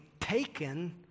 taken